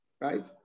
right